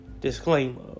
disclaimer